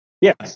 Yes